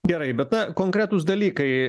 gerai bet na konkretūs dalykai